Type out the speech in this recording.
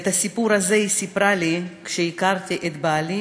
ואת הסיפור הזה היא סיפרה לנו כשהכרתי את בעלי,